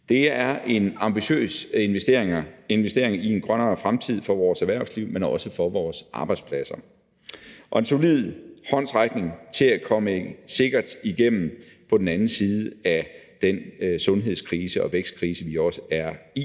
Det er en ambitiøs investering i en grønnere fremtid for vores erhvervsliv, men også for vores arbejdspladser og en solid håndsrækning til at komme sikkert over på den anden side af den sundhedskrise og vækstkrise, vi også er i